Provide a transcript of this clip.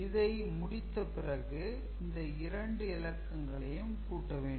இதை முடித்த பிறகு இந்த இரண்டு இலக்கங்களையும் கூட்ட வேண்டும்